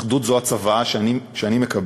אחדות זו הצוואה שאני מקבל,